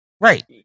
Right